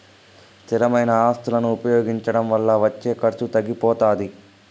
స్థిరమైన ఆస్తులను ఉపయోగించడం వల్ల వచ్చే ఖర్చు తగ్గిపోతాది